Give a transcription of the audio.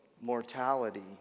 mortality